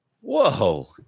Whoa